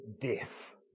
death